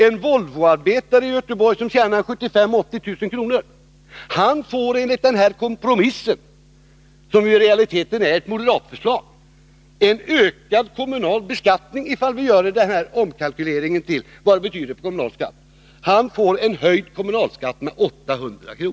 En Volvo-arbetare i Göteborg däremot, som tjänar 75 000-80 000 kr., får enligt denna kompromiss, som i realiteten är ett förslag från moderat håll, en höjd kommunalskatt med 800 kr.